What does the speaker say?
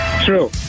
True